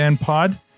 Pod